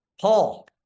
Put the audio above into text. Paul